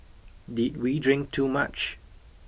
did we drink too much